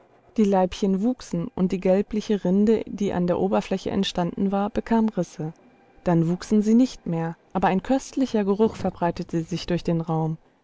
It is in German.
die laibchen wuchsen und die gelbliche rinde die an der oberfläche entstanden war bekam risse dann wuchsen sie nicht mehr aber ein köstlicher geruch verbreitete sich durch den raum